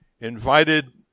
invited